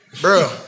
bro